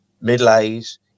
middle-aged